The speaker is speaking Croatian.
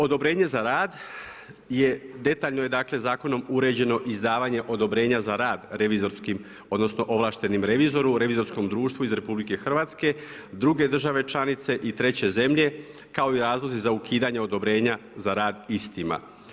Odobrenje za rad je, detaljno je dakle zakonom uređeno izdavanje odobrenja za rad revizorskim, odnosno ovlaštenom revizoru, revizorskom društvu iz RH druge države članice i treće zemlje kao i razlozi za ukidanje odobrenja za rad istima.